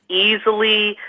easily,